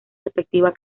respectiva